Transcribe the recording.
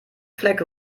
fleck